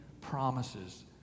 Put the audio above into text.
promises